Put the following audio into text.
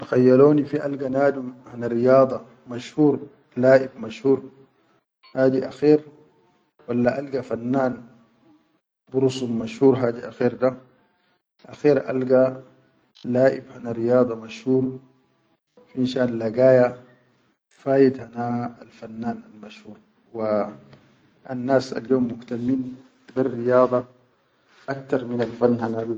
Kan khayyaroni fi alga nadum hana riyada mashhur laʼib mashhur hadi akher walla alga fannan birusul mashhur hadi akher da akher alga naʼib hana riyada mashhur finshan lagaya fahit hana al fannan al mashhur wa annas al yom muhtan min be riyada aktar minal fanna.